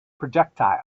projectile